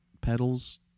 pedals